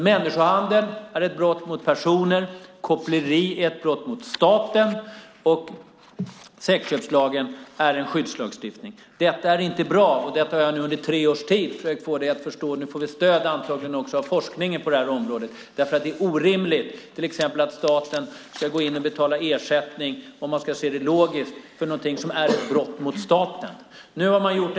Människohandel är ett brott mot personer, koppleri är ett brott mot staten och sexköpslagen är en skyddslagstiftning. Det är inte bra, och det har jag under tre års tid försökt få dig att förstå. Nu får vi stöd också av forskningen på detta område. Det är logiskt orimligt att staten ska gå in och betala ersättning för något som är ett brott mot staten.